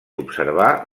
observar